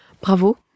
Bravo